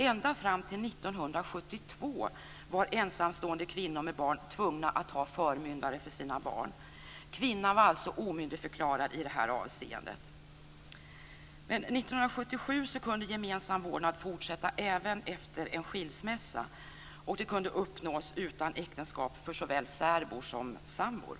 Ända fram till 1972 var ensamstående kvinnor med barn tvungna att ha förmyndare för sina barn. Kvinnan var alltså omyndigförklarad i det här avseendet. 1977 kunde gemensam vårdnad fortsätta även efter en skilsmässa. Det kunde uppnås utanför äktenskap för såväl särbor som sambor.